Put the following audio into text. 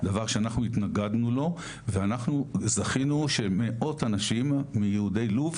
דבר שאנחנו התנגדנו לו ואנחנו זכינו שמאות אנשים מיהודי לוב,